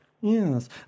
yes